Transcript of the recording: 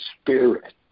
spirit